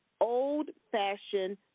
old-fashioned